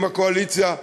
אם הקואליציה,